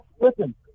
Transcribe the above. Listen